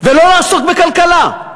ולא לעסוק בכלכלה.